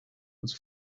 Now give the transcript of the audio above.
was